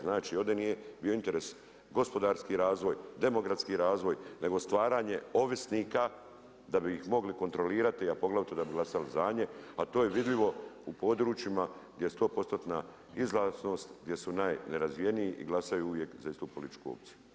Znači ovdje nije bio interes, gospodarski razvoj, demografski razvoj, nego stvaranje ovisnika, da bi ih mogli kontrolirati a poglavito da bi glasali za nje, a to je vidljivo u područjima gdje je 100%-tna izlaznost, gdje najnerazvijeniji i glasaju uvijek za istu političku opciju.